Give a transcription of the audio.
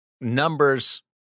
numbers